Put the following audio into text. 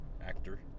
actor